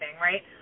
right